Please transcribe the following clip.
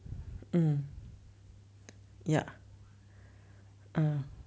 mm ya uh